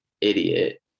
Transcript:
idiot